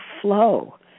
flow